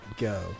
go